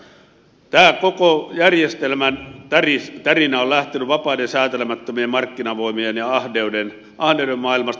tämä koko järjestelmän tärinä on lähtenyt vapaiden säätelemättömien markkinavoimien ja ahneuden maailmasta